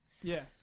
Yes